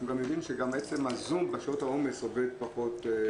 אנחנו גם יודעים שהזום בשעות העומס עובד פחות טוב.